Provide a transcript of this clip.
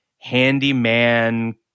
Handyman